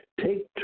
take